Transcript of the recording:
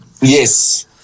Yes